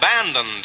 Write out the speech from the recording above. abandoned